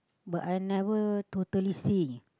but I never totally see